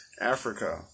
Africa